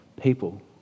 people